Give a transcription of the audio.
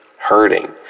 hurting